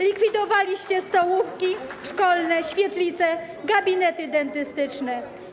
Likwidowaliście stołówki szkolne, świetlice, gabinety dentystyczne.